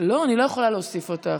לא, אני לא יכולה להוסיף אותך.